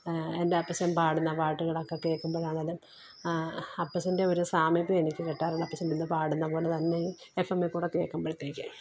എന്റെ അപ്പച്ചന് പാടുന്ന പാട്ടുകളൊക്കെ കേൾക്കുമ്പോഴാണേലും അപ്പച്ചന്റെ ഒരു സാമീപ്യം എനിക്ക് കിട്ടാറുണ്ട് അപ്പച്ചന് ഇരുന്നു പാടുന്ന പോലെ തന്നെ എഫ് എമ്മിൽ കൂടെ കേൾക്കുമ്പോഴത്തേക്ക്